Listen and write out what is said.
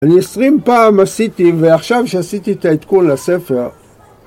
אני 20 פעם עשיתי ועכשיו שעשיתי את העדכון לספר